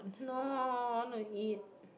no I want to eat